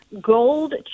gold